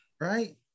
Right